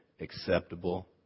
acceptable